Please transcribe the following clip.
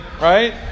right